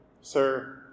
Sir